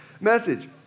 message